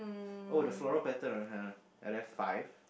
oh the floral pattern I don't have are there five